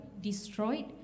destroyed